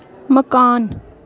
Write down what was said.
मकान